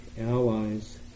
allies